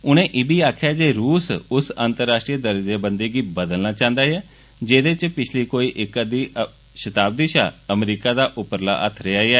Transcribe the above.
उनें इब्बी आखेआ जे रूस उस अंतर्राष्ट्री दर्जेबंदी गी बदलना चांह्दा ऐ जेह्दे च पिच्छली कोई अद्दी षताब्दी षा अमरीका दा उप्परला हत्थ रेह्ा ऐ